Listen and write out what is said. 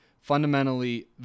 fundamentally